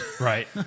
Right